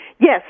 Yes